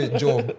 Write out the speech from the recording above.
job